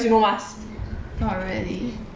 not really cause